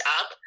up